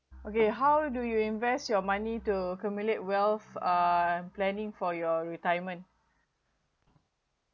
okay how do you invest your money to accumulate wealth uh planning for your retirement